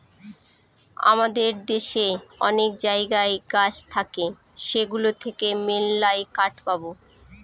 আমাদের দেশে অনেক জায়গায় গাছ থাকে সেগুলো থেকে মেললাই কাঠ পাবো